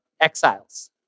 exiles